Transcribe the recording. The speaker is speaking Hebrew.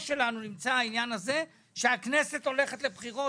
שלנו נמצא העניין שהכנסת הולכת לבחירות,